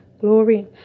Glory